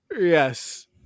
Yes